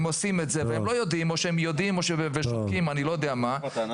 והם לא יודעים או שהם יודעים ושותקים --- זה צריך להגיע